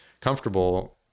comfortable